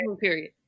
period